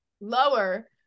lower